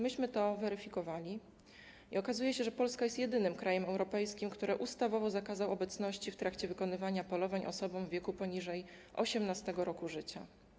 Myśmy to weryfikowali i okazuje się, że Polska jest jedynym krajem europejskim, który ustawowo zakazał w trakcie wykonywania polowań obecności osób w wieku poniżej 18. roku życia.